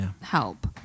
help